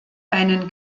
einen